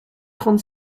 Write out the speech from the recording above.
trente